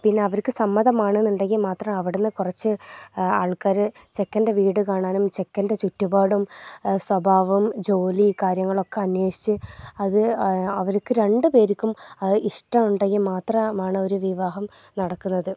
പിന്നെ അവർക്ക് സമ്മതം ആണെന്ന് ഉണ്ടെങ്കിൽ മാത്രം അവിടെന്ന് കുറച്ച് ആൾക്കാർ ചെക്കൻ്റെ വീട് കാണാനും ചെക്കൻ്റെ ചുറ്റുപാടും സ്വഭാവം ജോലി കാര്യങ്ങളൊക്കെ അന്വേഷിച്ച് അത് അവർക്ക് രണ്ട് പേർക്കും ഇഷ്ടം ഉണ്ടെങ്കിൽ മാത്രമാണ് ഒരു വിവാഹം നടക്കുന്നത്